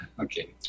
okay